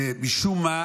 ומשום מה,